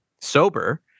sober